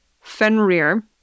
Fenrir